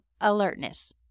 alertness